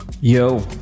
Yo